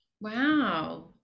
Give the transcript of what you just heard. Wow